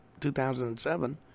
2007